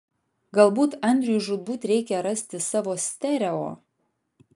galbūt andriui žūtbūt reikia rasti savo stereo